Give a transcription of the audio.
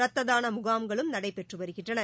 ரத்ததான முகாம்களும் நடைபெற்று வருகின்றன